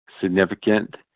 significant